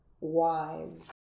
wise